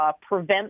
prevent